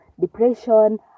depression